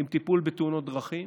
עם טיפול בתאונות דרכים,